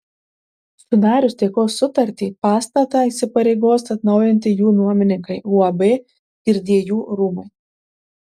sudarius taikos sutartį pastatą įsipareigos atnaujinti jų nuomininkai uab kirdiejų rūmai